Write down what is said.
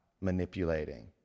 manipulating